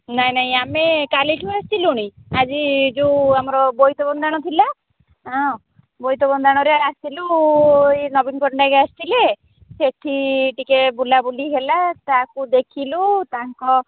ନାହିଁ ନାଇଁ ଆମେ କାଲିଠୁ ଆସିଲୁଣି ଆଜି ଯେଉଁ ଆମର ବୋଇତ ବନ୍ଦାଣ ଥିଲା ହଁ ବୋଇତ ବନ୍ଦାଣରେ ଆସିଲୁ ଏଇ ନବୀନ ପଟ୍ଟନାୟକ ଆସିଥିଲେ ସେଠି ଟିକେ ବୁଲାବୁଲି ହେଲା ତାକୁ ଦେଖିଲୁ ତାଙ୍କ